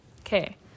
Okay